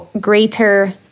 greater